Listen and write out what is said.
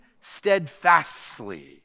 steadfastly